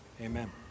amen